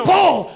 Paul